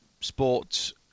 sports